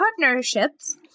partnerships